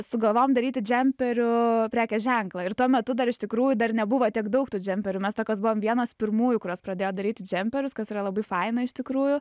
sugalvojom daryti džemperių prekės ženklą ir tuo metu dar iš tikrųjų dar nebuvo tiek daug tų džemperių mes tokios buvom vienos pirmųjų kurios pradėjo daryti džemperius kas yra labai faina iš tikrųjų